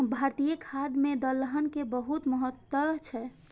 भारतीय खाद्य मे दलहन के बहुत महत्व छै